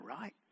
right